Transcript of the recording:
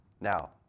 Now